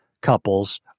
couples